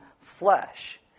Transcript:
flesh